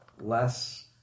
less